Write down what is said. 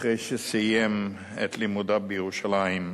אחרי שסיים את לימודיו בירושלים.